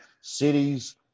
cities